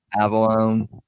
Avalon